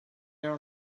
there